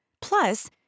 Plus